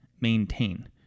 maintain